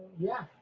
yeah.